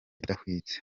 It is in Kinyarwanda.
idahwitse